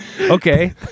okay